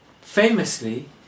Famously